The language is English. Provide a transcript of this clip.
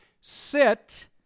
sit